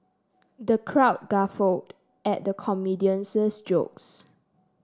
the crowd guffawed at the comedian's jokes